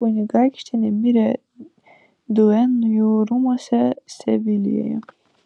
kunigaikštienė mirė duenjų rūmuose sevilijoje